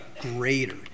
greater